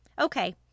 Okay